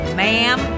ma'am